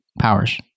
powers